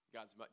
God's